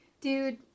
Dude